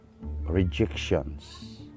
rejections